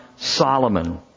Solomon